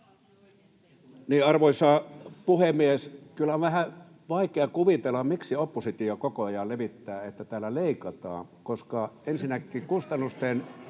Arvoisa puhemies! Kyllä on vähän vaikea kuvitella, miksi oppositio koko ajan levittää, että täällä leikataan, koska ensinnäkin kustannusten